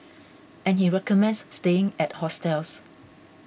and he recommends staying at hostels